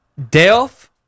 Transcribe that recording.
Delph